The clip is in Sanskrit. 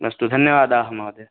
अस्तु धन्यवादाः महोदय